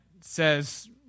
says